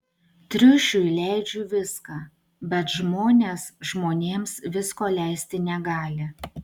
triušiui leidžiu viską bet žmonės žmonėms visko leisti negali